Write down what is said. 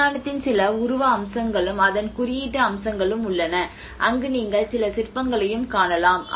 விஞ்ஞானத்தின் சில உருவ அம்சங்களும் அதன் குறியீட்டு அம்சங்களும் உள்ளன அங்கு நீங்கள் சில சிற்பங்களையும் காணலாம்